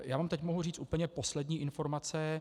Já vám teď mohu říct úplně poslední informace.